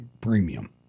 premium